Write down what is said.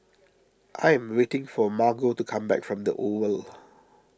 I am waiting for Margo to come back from the Oval